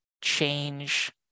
change